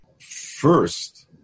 first